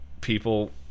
people